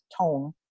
tone